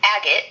agate